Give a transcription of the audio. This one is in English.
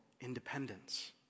independence